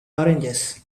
oranges